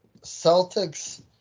Celtics